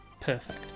perfect